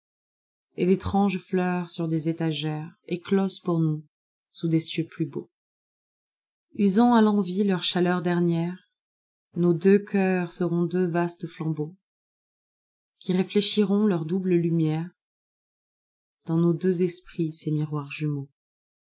et d'étranges fleurs sur des étagères écloses pour nous sous des deux plus beaux usant à tenvi leurs chaleurs dernières nos deux cœurs seront deux vastes flambeaux qui réfléchiront leurs doubles lumièresdans nos deux esprits ces miroirs jumeaux